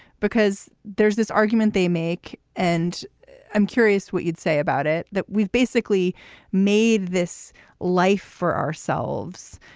because there's this argument they make and i'm curious what you'd say about it, that we've basically made this life for ourselves,